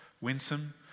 winsome